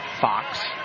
Fox